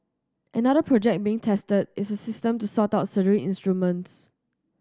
another project being tested is a system to sort out surgery instruments